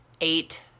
eight